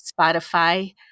Spotify